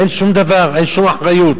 אין שום דבר, אין שום אחריות.